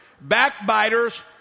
backbiters